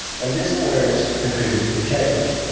and this awareness contributed to change.